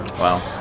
Wow